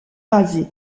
rasés